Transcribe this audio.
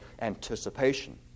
anticipation